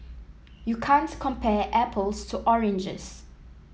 you can't compare apples to oranges